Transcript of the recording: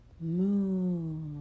moon